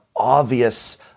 obvious